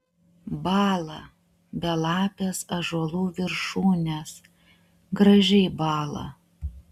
bąla belapės ąžuolų viršūnės gražiai bąla